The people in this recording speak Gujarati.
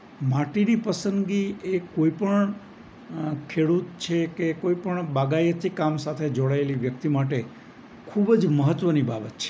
માટીની પસંદગી એ કોઈપણ ખેડૂત છે કે કોઈપણ બાગાયતી કામ સાથે જોડાયેલી વ્યક્તિ માટે ખૂબ જ મહત્વની બાબત છે